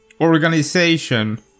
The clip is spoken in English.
organization